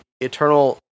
eternal